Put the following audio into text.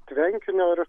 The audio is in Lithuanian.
tvenkinio ir